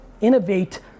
innovate